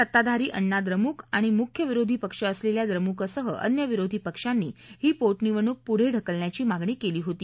सत्ताधारी अण्णा द्रमुक आणि मुख्य विरोधी पक्ष असलेल्या द्रमुकसह अन्य विरोधी पक्षांनी ही पोटनिवडणूक पुढे ढकलण्याची मागणी केली होती